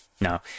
No